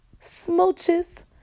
Smooches